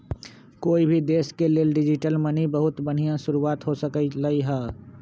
कोई भी देश के लेल डिजिटल मनी बहुत बनिहा शुरुआत हो सकलई ह